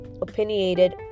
opinionated